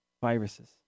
viruses